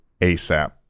ASAP